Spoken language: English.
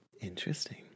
Interesting